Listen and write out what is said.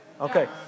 Okay